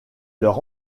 leur